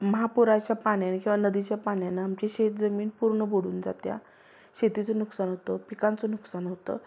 महापुराच्या पाण्यानी किंवा नदीच्या पाण्यानं आमची शेतजमीन पूर्ण बुडून जात्या शेतीचं नुकसान होतं पिकांचं नुकसान होतं